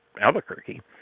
Albuquerque